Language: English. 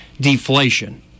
deflation